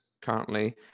currently